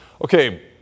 Okay